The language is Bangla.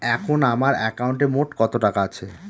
এখন আমার একাউন্টে মোট কত টাকা আছে?